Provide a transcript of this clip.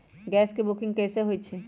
Gas के booking कैसे होईछई?